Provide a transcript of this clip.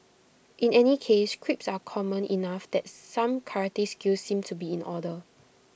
in any case creeps are common enough that some karate skills seem to be in order